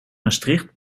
maastricht